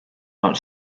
not